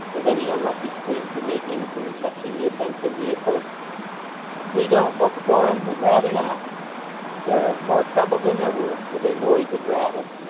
if any unlucky stranger made inquiry touching the offensive vehicles we don't book for em we'd rather not they're more trouble than they're worth, with their noise and rattle.